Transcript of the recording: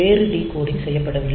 வேறு டிகோடிங் செய்யப்படவில்லை